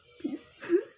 Peace